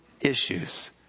issues